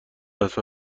است